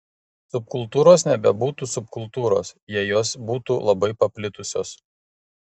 subkultūros nebebūtų subkultūros jei jos būtų labai paplitusios